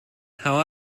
how